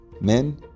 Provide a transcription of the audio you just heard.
men